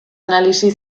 analisi